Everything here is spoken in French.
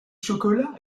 chocolat